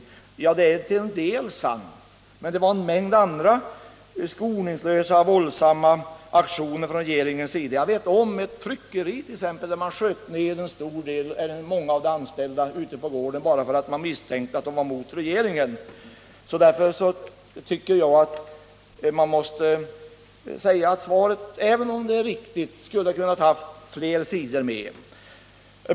Ja, det är till en del sant. Men det har förekommit en mängd andra skoningslösa och våldsamma aktioner från regeringens sida. Jag vet om att man ute på gården till ett tryckeri sköt ned många av de anställda bara därför att man misstänkte att de var mot regeringen. Därför tycker jag att man måste säga att svaret, även om det är riktigt, borde ha kunnat visa fler sidor av förhållandena.